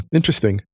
Interesting